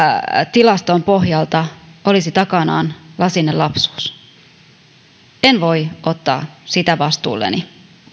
tilaston pohjalta olisi takanaan lasinen lapsuus niin en voi ottaa sitä vastuulleni